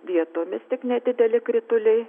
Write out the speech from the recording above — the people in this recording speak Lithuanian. vietomis tik nedideli krituliai